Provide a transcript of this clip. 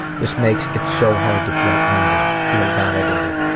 this makes it so hard to feel anger, feel validated.